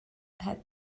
had